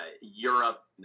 Europe